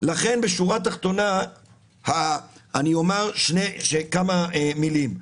לכן בשורה התחתונה אני אומר כמה מילים.